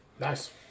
Nice